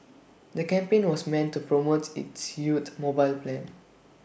the campaign was meant to promote its youth mobile plan